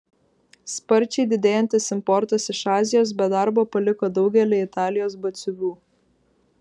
sparčiai didėjantis importas iš azijos be darbo paliko daugelį italijos batsiuvių